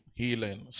healing